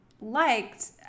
liked